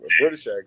British